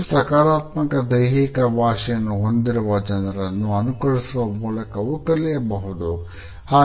ಹೆಚ್ಚು ಸಕಾರಾತ್ಮಕ ದೈಹಿಕ ಭಾಷೆಯನ್ನು ಹೊಂದಿರುವ ಜನರನ್ನು ಅನುಕರಿಸುವ ಮೂಲಕವೂ ಕಲಿಯಬಹುದು